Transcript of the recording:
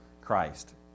Christ